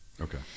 Okay